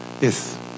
Yes